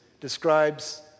describes